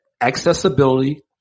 accessibility